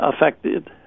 affected